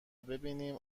ببینم